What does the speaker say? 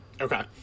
Okay